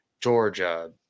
georgia